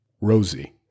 Rosie